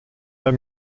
der